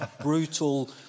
brutal